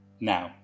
now